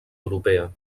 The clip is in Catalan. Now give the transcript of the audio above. europea